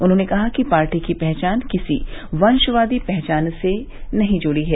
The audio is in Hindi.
उन्होंने कहा कि पार्टी की पहचान किसी वंशवादी पहचान से नहीं जुड़ी है